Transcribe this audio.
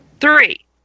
Three